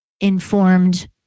informed